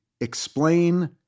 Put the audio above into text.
explain